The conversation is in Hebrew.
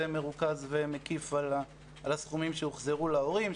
מרוכז ומקיף על הסכומים שהוחזרו להורים,